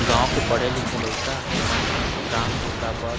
गाँव के पढ़े लिखे लइका मन ह काम बूता बर